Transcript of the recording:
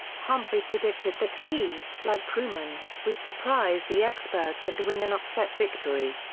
humphrey predicted that he, like truman, would surprise the experts and win an upset victory.